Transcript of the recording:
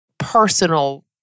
personal